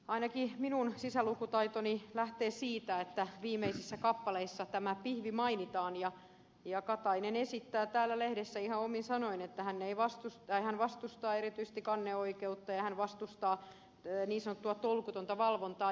ainakin minun sisälukutaitoni lähtee siitä että viimeisissä kappaleissa tämä pihvi mainitaan ja katainen esittää täällä lehdessä ihan omin sanoin että hän vastustaa erityisesti kanneoikeutta ja hän vastustaa niin sanottua tolkutonta valvontaa